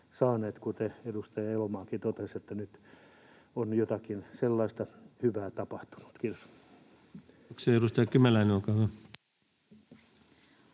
saaneet. Kuten edustaja Elomaakin totesi, nyt on jotakin sellaista hyvää tapahtunut. — Kiitos. Kiitoksia. — Edustaja Kymäläinen, olkaa hyvä.